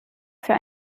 für